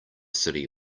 city